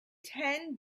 ten